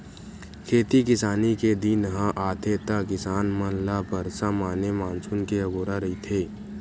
खेती किसानी के दिन ह आथे त किसान मन ल बरसा माने मानसून के अगोरा रहिथे